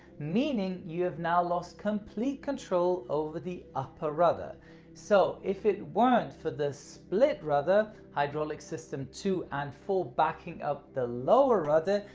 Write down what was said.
meaning you have now lost complete control over the upper rudder so if it weren't for the split rudder, hydraulic system two and four backing up the lower rudder,